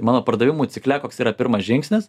mano pardavimų cikle koks yra pirmas žingsnis